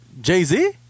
Jay-Z